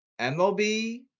MLB